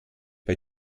bei